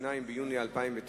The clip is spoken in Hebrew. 2 ביוני 2009,